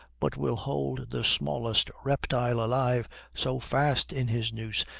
but will hold the smallest reptile alive so fast in his noose,